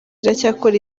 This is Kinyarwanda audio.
iracyakora